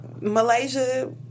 Malaysia